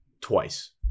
Twice